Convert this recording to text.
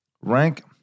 Rank